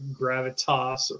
gravitas